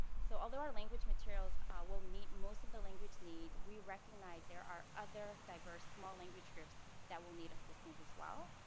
so although language materials will meet most of the language needs, we recognize there are other diverse small language groups that will need assistance as well.